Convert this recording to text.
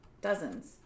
dozens